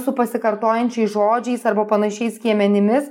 su pasikartojančiais žodžiais arba panašiais skiemenimis